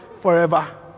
forever